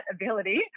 ability